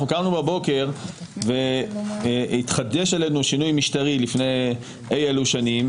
קמנו בבוקר והתחדש עלינו שינוי משטרי לפני אי אלו שנים,